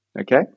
okay